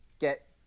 get